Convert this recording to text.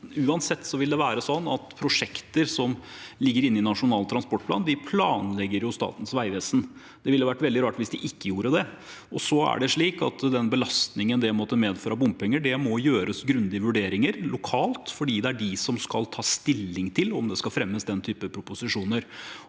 Uansett vil det være sånn at prosjekter som ligger inne i Nasjonal transportplan, planlegges av Statens vegvesen. Det ville vært veldig rart hvis de ikke gjorde det. Den belastningen det måtte medføre av bompenger, må det gjøres grundige vurderinger av lokalt, for det er de som skal ta stilling til om det skal fremmes slike proposisjoner.